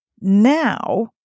Now